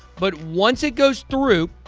but once it goes through,